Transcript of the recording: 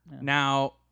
Now